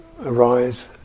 arise